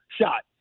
shot